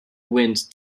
wind